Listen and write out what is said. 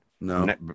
no